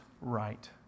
right